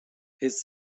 his